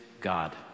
God